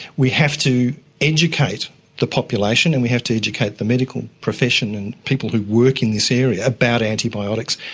we have to educate the population and we have to educate the medical profession and people who work in this area about antibiotics,